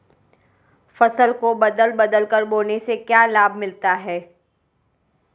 फसल को बदल बदल कर बोने से क्या लाभ मिलता है?